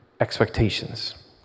expectations